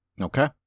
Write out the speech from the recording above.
Okay